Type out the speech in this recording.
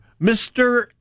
Mr